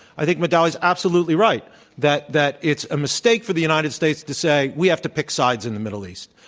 i think madawi is absolutely right that that it's a mistake for the united states to say, we have to pick sides in the middle east.